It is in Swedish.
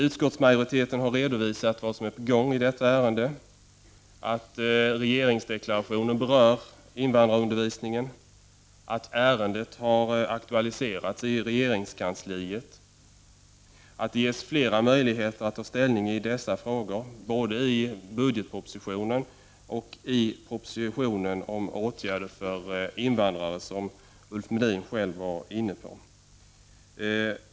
Utskottsmajoriteten har redovisat vad som är på gång i detta ärende. Rege Aingsdeklarationen berör invandrarundervisningen. Ärendet har aktualiserats i regeringskansliet. Flera möjligheter att ta ställning i dessa frågor ges i både budgetpropositionen och propositionen om åtgärder för invandrare, som Ulf Melin själv var inne på.